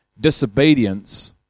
Disobedience